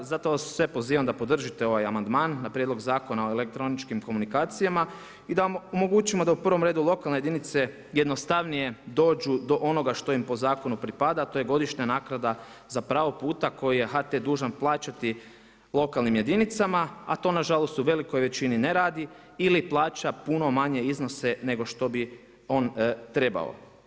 Zato vas sve pozivam da podržite ovaj amandman na Prijedlog zakona o elektroničkim komunikacijama i da omogućimo da u prvom redu lokalne jedinice jednostavnije dođu do onoga što im po zakonu pripada, a to je godišnja naknada za pravo puta koji je HT dužan plaćati lokalnim jedinicama, a to nažalost u velikoj većini ne radi ili plaća puno manje iznose nego što bi on trebao.